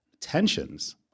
tensions